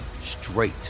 straight